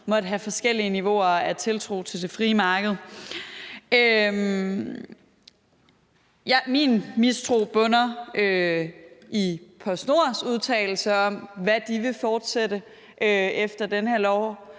måtte have forskellige niveauer af tiltro til det frie marked. Min mistro bunder i PostNords udtalelse om, hvad de vil fortsætte med efter den her lov,